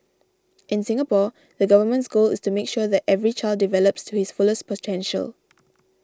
in Singapore the Government's goal is to make sure that every child develops to his fullest potential